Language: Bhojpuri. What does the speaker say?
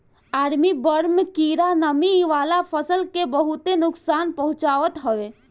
आर्मी बर्म कीड़ा नमी वाला फसल के बहुते नुकसान पहुंचावत हवे